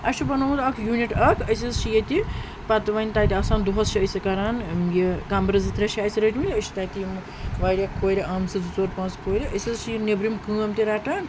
اَسہِ چھُ بَنومُت اَکھ یوٗنِٹ اَکھ أسۍ حظ چھِ ییٚتہِ پَتہٕ وَنۍ تَتہِ آسان دۄہَس چھِ أسۍ کَران یہِ کَمرٕ زٕ ترٛےٚ چھِ اَسہِ رٔٹۍ مٕتۍ أسۍ چھِ تَتہِ یِم واریاہ کورِ آمژٕ زٕ ژور پانٛژھ کورِ أسۍ حظ چھِ یہِ نیٚبرِم کٲم تہِ رَٹان